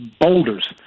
boulders